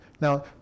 Now